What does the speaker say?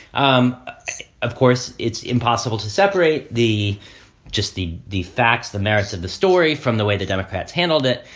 um of course, it's impossible to separate the just the the facts, the narrative, the story from the way the democrats handled it.